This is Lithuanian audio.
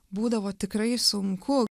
būdavo tikrai sunku